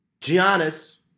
Giannis